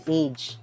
age